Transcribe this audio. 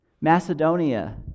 Macedonia